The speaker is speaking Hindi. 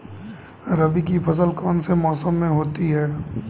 रबी की फसल कौन से मौसम में होती है?